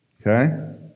Okay